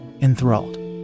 enthralled